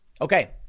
Okay